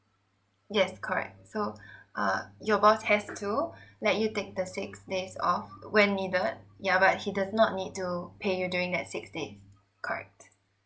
yes correct so uh your boss has to let you take the six days off when needed yeah but he does not need to pay you during that six days correct